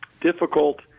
difficult